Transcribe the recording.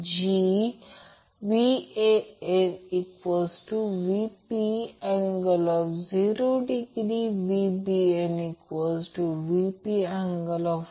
तर त्याचप्रमाणे Van 200 angle 10° ते त्याचप्रमाणे 200 अँगल 10° दिले आहे किंवा हे कोसाइन देखील मूलतः काहीच नाही तर समान sin ∆ आहे